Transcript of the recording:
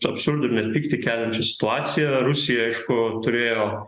absurdu ir net pyktį keliančia situacija rusija aišku turėjo